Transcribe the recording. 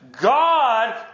God